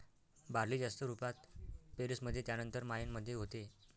barley जास्त रुपात Paris मध्ये त्यानंतर मायेन मध्ये होते